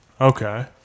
Okay